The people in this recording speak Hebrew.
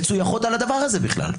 מצוייחות על הדבר הזה בכלל?